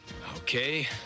Okay